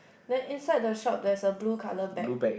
then inside the shop there's a blue colour bag